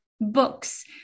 books